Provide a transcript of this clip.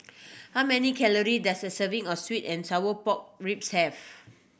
how many calorie does a serving of sweet and sour pork ribs have